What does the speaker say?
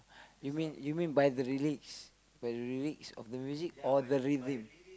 you mean you mean by the lyrics by the lyrics of the music or the rhythm